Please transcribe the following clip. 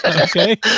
Okay